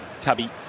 Tubby